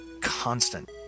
constant